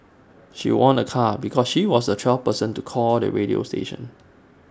she won A car because she was the twelfth person to call the radio station